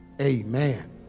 amen